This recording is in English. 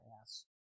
ass